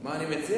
מה אני מציע?